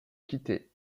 quitté